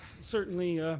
certainly,